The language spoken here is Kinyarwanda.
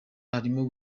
harimo